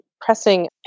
pressing